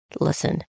Listen